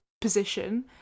position